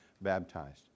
baptized